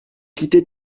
quitter